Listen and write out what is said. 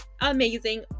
amazing